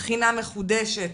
זה התחיל רק באוגוסט,